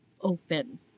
open